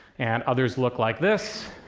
and others look like this,